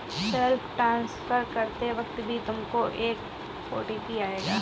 self transfer करते वक्त भी तुमको एक ओ.टी.पी आएगा